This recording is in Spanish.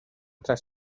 tras